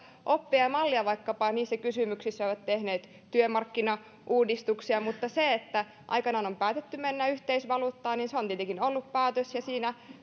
oppia ja mallia vaikkapa niissä kysymyksissä että he ovat tehneet työmarkkinauudistuksia mutta se että aikanaan on päätetty mennä yhteisvaluuttaan on tietenkin ollut päätös ja siinä